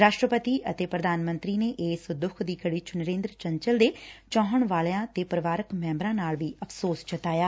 ਰਾਸਟਰਪਤੀ ਅਤੇ ਪ੍ਰਧਾਨ ਮੰਤਰੀ ਨੇ ਇਸ ਦੁੱਖ ਦੀ ਘਤੀ ਚ ਨਰੇਦਰ ਚੰਚਲ ਦੇ ਚਾਹੁਣ ਵਾਲਿਆ ਤੇ ਪਰਿਵਾਰਕ ਮੈਬਰਾਂ ਨਾਲ ਵੀ ਅਫ਼ਸੋਸ ਜਤਾਇਆ